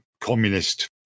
communist